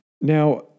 now